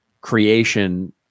creation